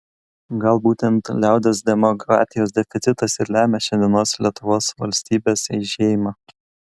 gal būtent liaudies demokratijos deficitas ir lemia šiandienos lietuvos valstybės eižėjimą